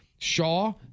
Shaw